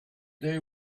day